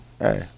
Hey